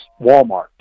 Walmart